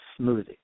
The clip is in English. smoothie